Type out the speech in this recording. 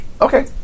Okay